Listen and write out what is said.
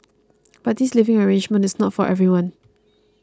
but this living arrangement is not for everyone